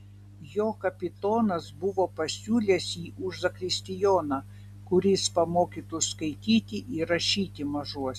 jo kapitonas buvo pasiūlęs jį už zakristijoną kuris pamokytų skaityti ir rašyti mažuosius